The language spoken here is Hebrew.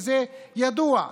וזה ידוע,